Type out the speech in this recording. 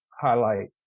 highlight